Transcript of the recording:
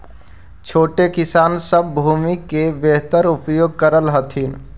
छोटे किसान सब भूमि के बेहतर उपयोग कर हथिन